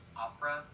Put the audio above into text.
opera